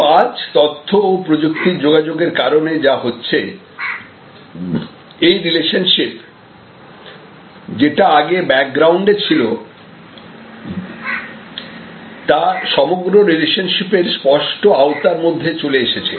কিন্তু আজ তথ্য ও যোগাযোগ প্রযুক্তির কারণে যা হচ্ছে এই রিলেশনশিপ যেটা আগে ব্যাকগ্রাউন্ডে ছিল বর্তমানে তা সমগ্র রিলেশনশিপের স্পষ্ট আওতার মধ্যে চলে এসেছে